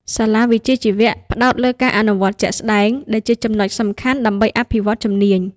សាលាវិជ្ជាជីវៈផ្តោតលើការអនុវត្តជាក់ស្តែង ដែលជាចំណុចសំខាន់ដើម្បីអភិវឌ្ឍជំនាញ។